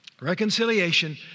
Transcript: Reconciliation